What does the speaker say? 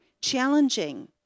challenging